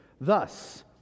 Thus